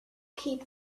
keep